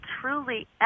truly